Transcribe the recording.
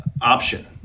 option